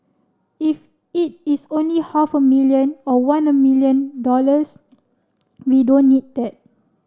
if it is only half a million or one a million dollars we don't need that